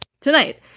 tonight